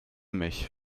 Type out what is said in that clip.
mich